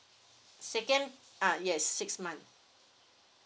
second ah yes six month